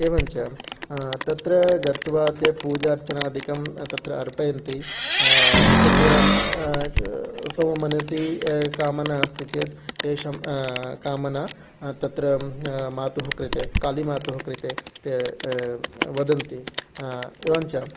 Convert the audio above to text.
एवञ्च तत्र गत्वा ते पूजार्चनादिकं तत्र अर्पयन्ति तत्र स्वमनसि कामना अस्ति चेत् तेषां कामना तत्र मातुः कृते कालीमातुः कृते वदन्ति एवञ्च